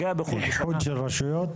כלומר,